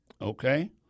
okay